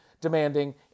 demanding